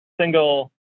single